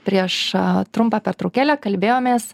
prieš trumpą pertraukėlę kalbėjomės